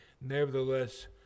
Nevertheless